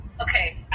okay